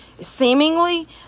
seemingly